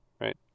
right